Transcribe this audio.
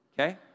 okay